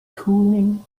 cooling